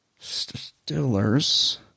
Stillers